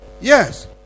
Yes